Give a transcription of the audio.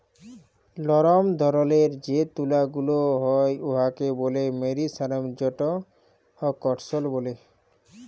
লরম ধরলের যে তুলা গুলা হ্যয় উয়াকে ব্যলে মেরিসারেস্জড কটল ব্যলে